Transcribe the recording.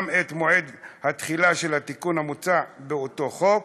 את מועד התחילה של התיקון המוצע באותו חוק,